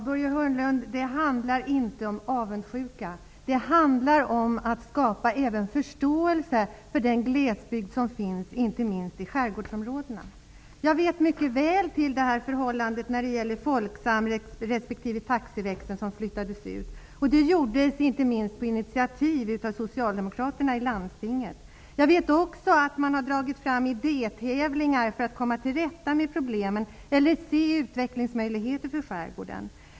Herr talman! Det handlar inte om avundsjuka. Det handlar om att skapa förståelse för den glesbygd som finns i skärgårdsområdena. Jag känner mycket väl till förhållandena när det gäller Folksam och Taxi Stockholms växel, som flyttades ut. Det genomfördes inte minst på initiativ av Jag vet också att man haft idétävlingar för att komma till rätta med problemen och för att se utvecklingsmöjligheter för skärgården.